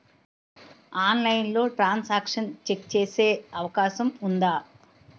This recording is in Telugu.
ఆన్లైన్లో ట్రాన్ సాంక్షన్ చెక్ చేసే అవకాశం ఉందా?